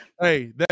Hey